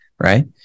Right